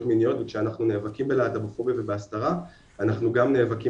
מיניות וכשאנחנו נאבקים בלהטבופוביה ובהסתרה אנחנו גם נאבקים